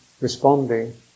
responding